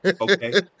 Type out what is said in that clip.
Okay